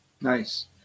Nice